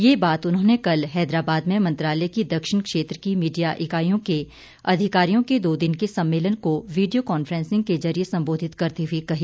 ये बात उन्होंने कल हैदराबाद में मंत्रालय की दक्षिण क्षेत्र की मीडिया इकाईयों के अधिकारियों के दो दिन के सम्मेलन को वीडियो कांफ्रेंसिंग के जरिये संबोधित करते हुए कही